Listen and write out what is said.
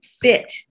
fit